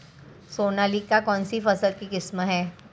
सोनालिका कौनसी फसल की किस्म है?